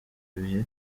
ibihe